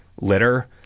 litter